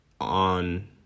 on